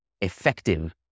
effective